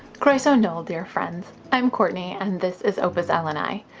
croeso nol, dear friends! i'm courtney and this is opus elenae.